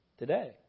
today